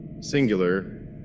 Singular